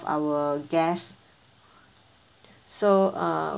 our guest so err